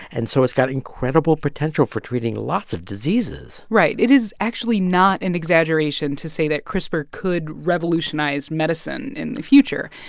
and so it's got incredible potential for treating lots of diseases right. it is actually not an exaggeration to say that crispr could revolutionize medicine in the future.